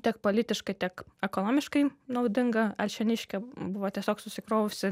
tiek politiškai tiek ekonomiškai naudinga alšėniškė buvo tiesiog susikrovusi